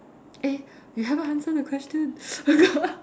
eh you haven't answer the question